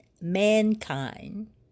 mankind